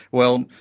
well,